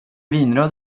vinröd